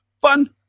fun